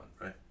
right